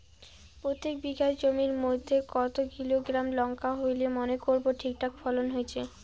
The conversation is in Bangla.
প্রত্যেক বিঘা জমির মইধ্যে কতো কিলোগ্রাম লঙ্কা হইলে মনে করব ঠিকঠাক ফলন হইছে?